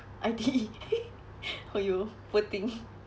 I_T_E !haiyo! poor thing